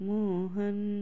Mohan